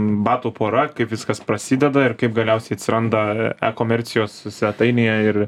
batų pora kaip viskas prasideda ir kaip galiausiai atsiranda ekomercijos svetainėje ir